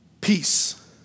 Peace